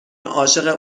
عاشق